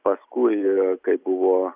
paskui kai buvo